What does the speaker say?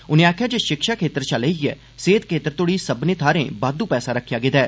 उनें आखेआ जे षिक्षा खेत्तर षा लेइयै सेह्त खेत्तर तोह्ड़ी सब्भनें थाह्रें बाद्दू पैसा रक्खेआ गेदा ऐ